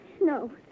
No